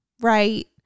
right